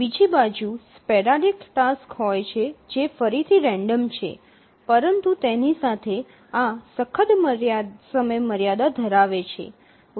બીજી બાજુ sporadic tasks હોય છે જે ફરીથી રેન્ડમ છે પરંતુ તેની સાથે આ સખત સમયમર્યાદા ધરાવે છે